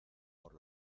por